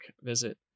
visit